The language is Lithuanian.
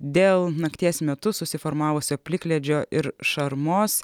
dėl nakties metu susiformavusio plikledžio ir šarmos